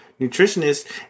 nutritionist